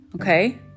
Okay